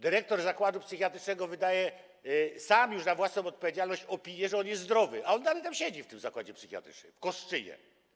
Dyrektor zakładu psychiatrycznego wydaje sam, już na własną odpowiedzialność opinię, że on jest zdrowy, a on dalej tam siedzi w tym zakładzie psychiatrycznym w Kostrzynie.